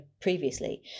previously